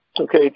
Okay